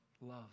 love